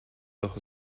doch